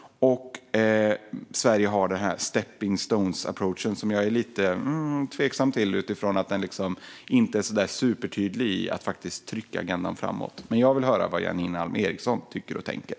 Sverige har sin "stepping stones approach", som jag är lite tveksam till utifrån att den inte är så supertydlig i att trycka agendan framåt. Men jag vill höra vad Janine Alm Ericson tycker och tänker.